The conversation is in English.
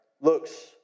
looks